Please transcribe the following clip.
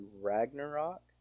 Ragnarok